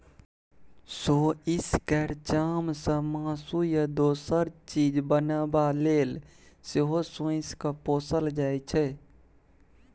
सोंइस केर चामसँ मासु या दोसर चीज बनेबा लेल सेहो सोंइस केँ पोसल जाइ छै